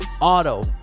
auto